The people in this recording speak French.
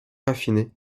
raffinée